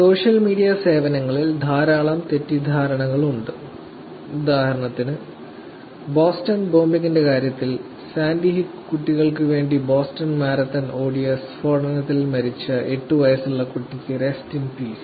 social media സേവനങ്ങളിൽ ധാരാളം തെറ്റിദ്ധാരണകൾ ഉണ്ട് ഉദാഹരണത്തിന് ബോസ്റ്റൺ ബോംബിംഗിന്റെ കാര്യത്തിൽ സാൻഡി ഹുക്ക് കുട്ടികൾ വേണ്ടി ബോസ്റ്റൺ മാരത്തൺ ഓടിയ സ്ഫോടനത്തിൽ മരിച്ച 8 വയസുള്ള കുട്ടിയ്ക്ക് റെസ്റ്റ് ഇൻ പീസ്